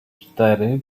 cztery